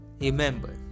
remember